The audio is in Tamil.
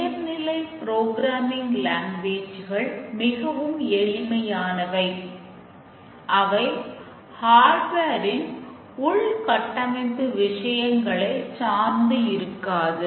உயர்நிலை புரோகிராமிங் லாங்குவேஜ்கள்ன் உள் கட்டமைப்பு விஷயங்களைச் சார்ந்து இருக்காது